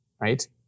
right